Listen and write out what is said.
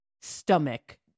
stomach